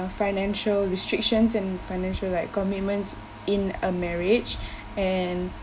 a financial restrictions and financial like commitments in a marriage and